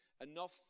enough